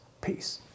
Peace